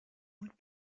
und